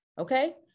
Okay